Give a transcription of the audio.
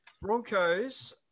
Broncos